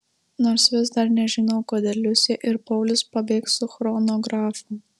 nors vis dar nežinau kodėl liusė ir paulius pabėgs su chronografu